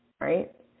right